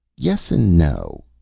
yes and no,